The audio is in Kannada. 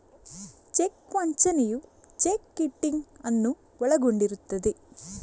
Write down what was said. ಚೆಕ್ ವಂಚನೆಯು ಚೆಕ್ ಕಿಟಿಂಗ್ ಅನ್ನು ಒಳಗೊಂಡಿರುತ್ತದೆ